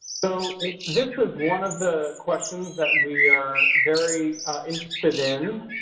so this is one of the questions that we are very interested in.